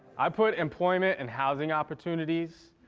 i put employment and housing opportunities,